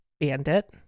Bandit